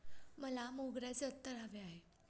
मला मोगऱ्याचे अत्तर हवे आहे